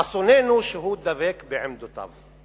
אסוננו שהוא דבק בעמדותיו.